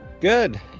Good